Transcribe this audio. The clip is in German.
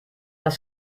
das